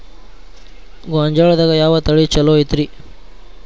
ಗೊಂಜಾಳದಾಗ ಯಾವ ತಳಿ ಛಲೋ ಐತ್ರಿ?